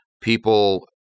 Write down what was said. people